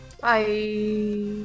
Bye